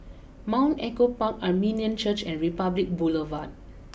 Mount Echo Park Armenian Church and Republic Boulevard